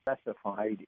specified